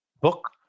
book